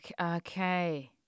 Okay